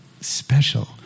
special